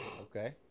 Okay